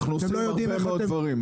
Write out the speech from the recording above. אנחנו עושים הרבה מאוד דברים,